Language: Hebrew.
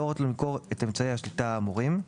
להורות לו למכור את אמצעי השליטה האמורים,